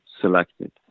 selected